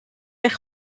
eich